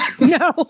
no